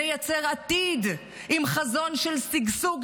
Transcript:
נייצר עתיד עם חזון של שגשוג,